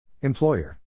Employer